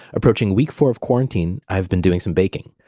approaching week four of quarantine. i've been doing some baking.